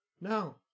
No